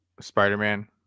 Spider-Man